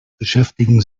beschäftigen